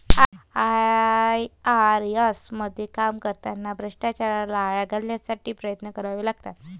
IRS मध्ये काम करताना भ्रष्टाचाराला आळा घालण्यासाठी प्रयत्न करावे लागतात